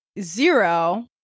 zero